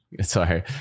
Sorry